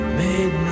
made